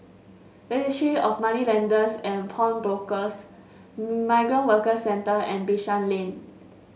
Registry of Moneylenders and Pawnbrokers Migrant Workers Centre and Bishan Lane